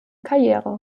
karriere